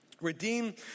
redeem